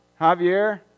Javier